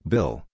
Bill